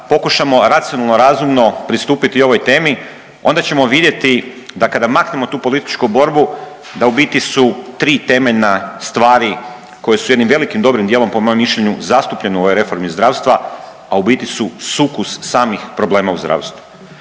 pokušamo racionalno, razumno pristupiti ovoj temi onda ćemo vidjeti da kada maknemo tu političku borbu da u biti su tri temeljna stvari koje su jednim velikim dobrim dijelom po mojem mišljenu zastupljene u ovoj reformi zdravstva, a u biti su sukus samih problema u zdravstvu.